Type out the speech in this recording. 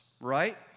right